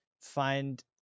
find